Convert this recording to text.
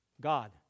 God